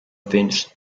vince